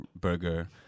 burger